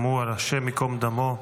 השם ייקום דמו,